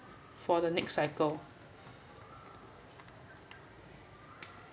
for the next cycle